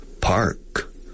park